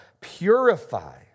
purify